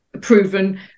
proven